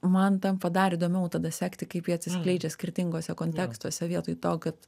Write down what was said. man tampa dar įdomiau tada sekti kaip jie atsiskleidžia skirtinguose kontekstuose vietoj to kad